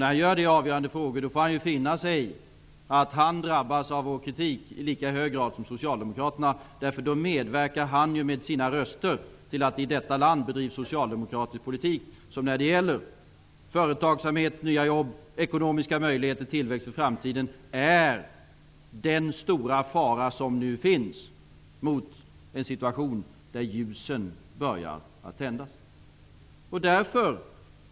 När han gör det i avgörande frågor får han finna sig i att han drabbas av vår kritik i lika hög grad som Socialdemokraterna, eftersom han och hans parti då med sina röster medverkar till att det i detta land bedrivs socialdemokratisk politik, och detta är när det gäller företagsamhet, nya jobb, ekonomiska möjligheter och tillväxt för framtiden den stora faran som nu finns i en situation då ljusen börjar tändas.